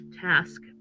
task